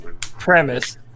premise